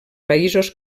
països